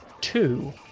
two